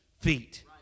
feet